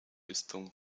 estão